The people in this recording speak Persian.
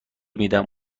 میدم